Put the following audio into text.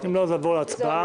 אם לא, אז נעבור להצבעה.